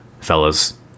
fellas